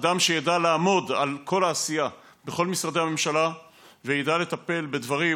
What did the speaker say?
אדם שידע לעמוד על כל העשייה בכל משרדי הממשלה וידע לטפל בדברים.